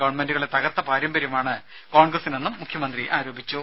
ഗവൺമെന്റുകളെ തകർത്ത പാരമ്പര്യമാണ് കോൺഗ്രസിനെന്നും മുഖ്യമന്ത്രി ആരോപിച്ചു